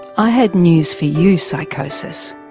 i have news for you psychosis,